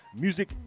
music